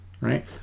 Right